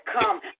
come